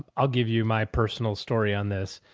um i'll give you my personal story on this.